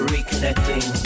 Reconnecting